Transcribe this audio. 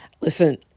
listen